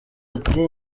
ati